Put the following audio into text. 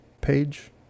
page